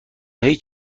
هیچ